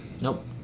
Nope